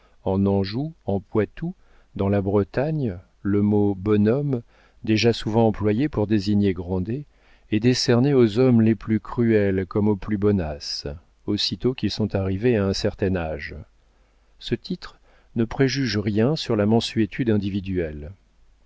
touraine en anjou en poitou dans la bretagne le mot bonhomme déjà souvent employé pour désigner grandet est décerné aux hommes les plus cruels comme aux plus bonasses aussitôt qu'ils sont arrivés à un certain âge ce titre ne préjuge rien sur la mansuétude individuelle